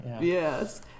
Yes